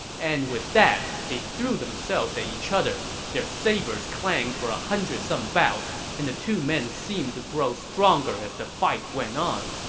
and with that, they threw themselves at each other. their sabers clanged for one ah hundred some bouts, and the two men seemed to grow stronger as the fight went on.